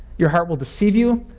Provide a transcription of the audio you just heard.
your heart will deceive you